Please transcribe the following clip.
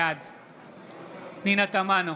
בעד פנינה תמנו,